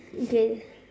okay